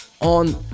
on